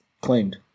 claimed